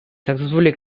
successfully